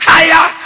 Higher